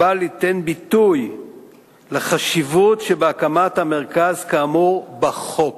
בא ליתן ביטוי לחשיבות שבהקמת המרכז כאמור בחוק,